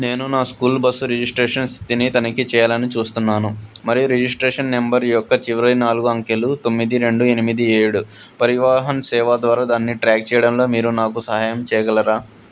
నేను నా school bus registration స్థితిని తనిఖీ చేయాలని చూస్తున్నాను మరియు రిజిస్ట్రేషన్ నెంబర్ యొక్క చివరి నాలుగు అంకెలు తొమ్మిది రెండు ఎనిమిది ఏడు పరివాహన్ సేవా ద్వారా దాన్ని ట్రాక్ చేయడంలో మీరు నాకు సహాయం చేయగలరా